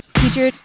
teacher